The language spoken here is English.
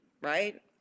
right